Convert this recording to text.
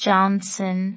Johnson